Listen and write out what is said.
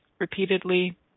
repeatedly